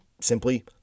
simply